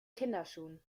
kinderschuhen